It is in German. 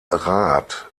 rat